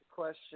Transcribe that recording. question